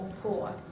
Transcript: poor